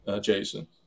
Jason